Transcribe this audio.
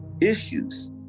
issues